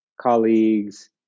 colleagues